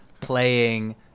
playing